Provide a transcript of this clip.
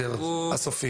מההסדר הסופי.